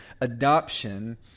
adoption